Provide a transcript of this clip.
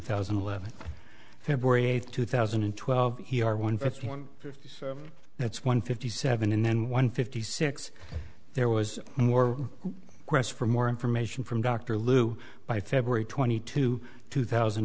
thousand and eleven february eighth two thousand and twelve he are one fifty one fifty that's one fifty seven and then one fifty six there was more quest for more information from dr lu by february twenty two two thousand